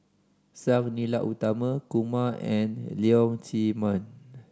Sang Nila Utama Kumar and Leong Chee Mun